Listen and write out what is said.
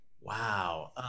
Wow